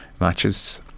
matches